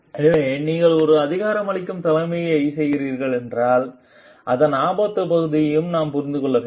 எனவே நீங்கள் ஒரு அதிகாரமளிக்கும் தலைமையை செய்கிறீர்கள் என்றால் அதன் ஆபத்து பகுதியையும் நாம் புரிந்து கொள்ள வேண்டும்